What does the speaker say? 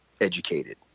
educated